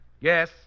Yes